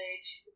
age